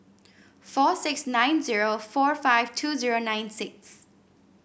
four six nine zero four five two zero nine six